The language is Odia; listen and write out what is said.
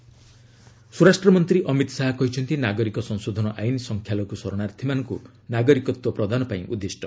ଅମିତ ଶାହା ନୀତିଶ ସ୍ୱରାଷ୍ଟ୍ର ମନ୍ତ୍ରୀ ଅମିତ ଶାହା କହିଛନ୍ତି ନାଗରିକ ସଂଶୋଧନ ଆଇନ୍ ସଂଖ୍ୟାଲଘୁ ଶରଣାର୍ଥୀମାନଙ୍କୁ ନାଗରିକତ୍ୱ ପ୍ରଦାନ ପାଇଁ ଉଦ୍ଦିଷ୍ଟ